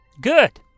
Good